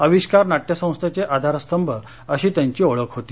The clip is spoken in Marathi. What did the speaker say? आविष्कार नाट्यसंस्थेचे आधारस्तंभ अशी त्यांची ओळख होती